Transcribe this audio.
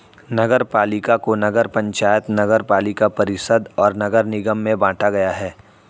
नगरपालिका को नगर पंचायत, नगरपालिका परिषद और नगर निगम में बांटा गया है